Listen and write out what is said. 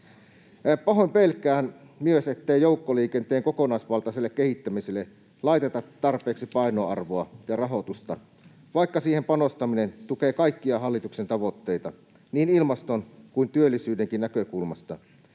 Pahoin pelkään myös, ettei joukkoliikenteen kokonaisvaltaiselle kehittämiselle laiteta tarpeeksi painoarvoa ja rahoitusta, vaikka siihen panostaminen tukee kaikkia hallituksen tavoitteita niin ilmaston kuin työllisyydenkin näkökulmasta